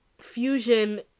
fusion